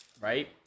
right